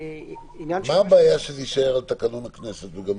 מה הבעיה שזה יישאר על תקנון הכנסת וגמרנו?